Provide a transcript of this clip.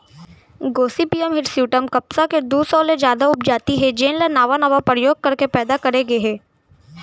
Gossypium hirsutum कपसा के दू सौ ले जादा उपजाति हे जेन ल नावा नावा परयोग करके पैदा करे गए हे